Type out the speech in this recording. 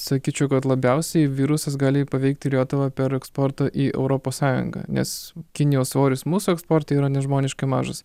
sakyčiau kad labiausiai virusas gali paveikti lietuvą per eksportą į europos sąjungą nes kinijos svoris mūsų eksportui yra nežmoniškai mažas